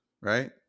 right